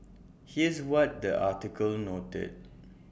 here's what the article noted